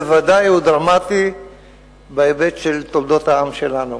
בוודאי הוא דרמטי בהיבט של תולדות העם שלנו.